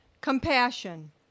compassion